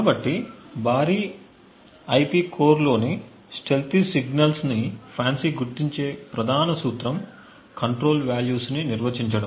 కాబట్టి భారీ ఐపి కోర్లోని స్టెల్తీ సిగ్నల్స్ను FANCI గుర్తించే ప్రధాన సూత్రం కంట్రోల్ వాల్యూస్ని నిర్వచించడం